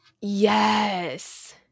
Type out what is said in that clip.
Yes